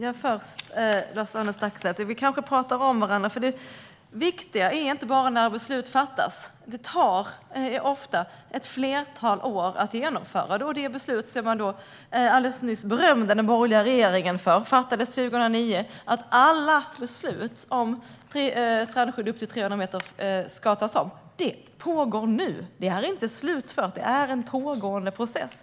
Herr talman! Lars-Arne Staxäng och jag kanske pratar förbi varandra. Det viktiga är inte bara när beslut fattas. Ofta tar det flera år att genomföra beslutet. Det gäller också det beslut som jag alldeles nyss berömde den borgerliga regeringen för. Det fattades 2009. Man beslutade då att alla beslut om strandskydd upp till 300 meter ska omprövas. Det pågår nu. Arbetet är inte slutfört, utan det är en pågående process.